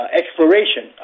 exploration